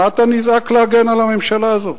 מה אתה נזעק להגן על הממשלה הזאת?